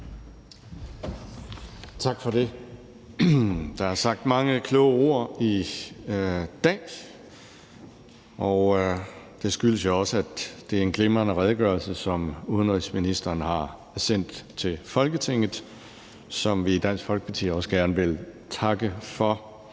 Tak for det. Der er sagt mange kloge ord i dag, og det skyldes jo også, at det er en glimrende redegørelse, som udenrigsministeren har sendt til Folketinget, og som vi i Dansk Folkeparti også gerne vil takke for.